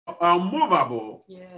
Unmovable